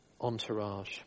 entourage